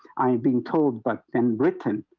i've been told but then written